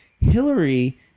Hillary